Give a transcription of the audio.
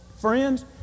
Friends